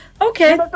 Okay